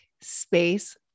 space